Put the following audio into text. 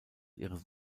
ihres